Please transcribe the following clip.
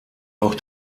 auch